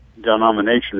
denomination